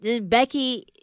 Becky